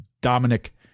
Dominic